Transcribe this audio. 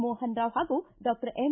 ಮೋಹನ್ ರಾವ್ ಪಾಗೂ doctor M